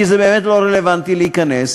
כי זה באמת לא רלוונטי להיכנס,